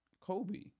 Kobe